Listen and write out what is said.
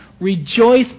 rejoice